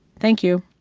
thank you